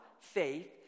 faith